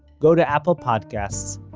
go to apple podcasts,